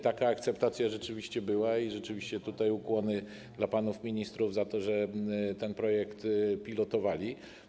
Taka akceptacja rzeczywiście była i tutaj ukłony dla panów ministrów za to, że ten projekt pilotowali.